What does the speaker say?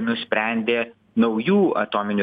ji nusprendė naujų atominių